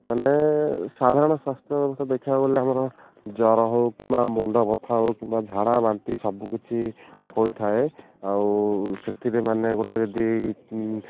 ମାନେ ସାଧାରଣ ସ୍ୱାସ୍ଥ୍ୟ ବ୍ୟବସ୍ଥା ଦେଖିବାକୁ ଗଲେ ଆମର ଜର ହଉ କିମ୍ବା ମୁଣ୍ଡବଥା ହଉ କିମ୍ବା ଝାଡ଼ା ବାନ୍ତି ସବୁକିଛି ହୋଇଥାଏ ଆଉ ସେଥିରେ ମାନେ ଗୋଟେ ଯଦି